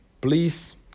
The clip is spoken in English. please